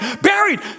buried